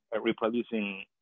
reproducing